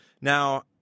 Now